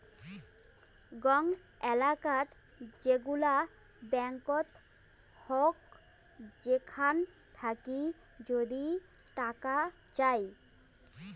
গং এলেকাত যেগুলা ব্যাঙ্কত হউ সেখান থাকি যদি টাকা চাই